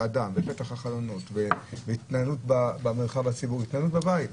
ופתח החלונות והתנהלות במרחב הציבורי והתנהלות בבית.